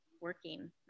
working